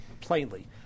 plainly